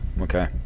Okay